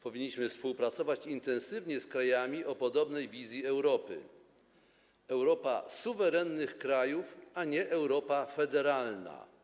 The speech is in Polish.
Powinniśmy współpracować intensywnie z krajami o podobnej wizji Europy: Europa suwerennych krajów, a nie Europa federalna.